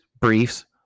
briefs